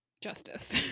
justice